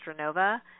Astronova